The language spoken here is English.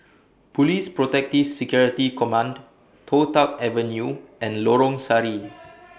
Police Protective Security Command Toh Tuck Avenue and Lorong Sari